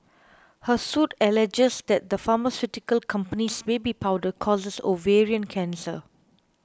her suit alleges that the pharmaceutical company's baby powder causes ovarian cancer